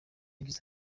yagize